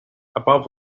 above